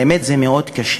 האמת, זה מאוד קשה.